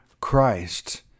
Christ